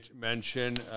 mention